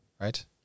Right